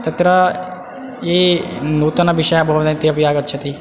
तत्र ये नूतनविषयः भवति ते अपि आगच्छति